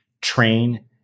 train